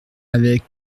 avec